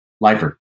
lifer